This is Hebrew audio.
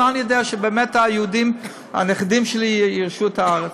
איך אני יודע שהנכדים שלי באמת יירשו את הארץ?